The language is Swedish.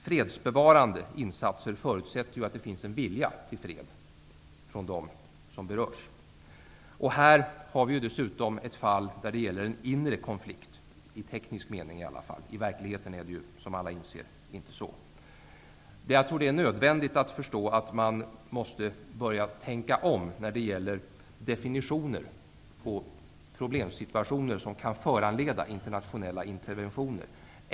Fredsbevarande insatser förutsätter att det finns en vilja till fred från dem som berörs. Här har vi dessutom ett fall där det åtminstone i teknisk mening gäller en inre konflikt. I verkligheten är det ju som alla inser inte så. Jag tror att det är nödvändigt att vi förstår att vi måste börja tänka om när det gäller att definiera problemsituationer som kan föranleda internationella interventioner.